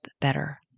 better